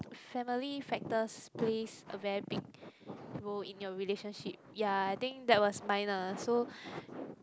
family factors plays a very big role in your relationship ya I think that was minus so